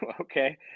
okay